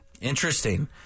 Interesting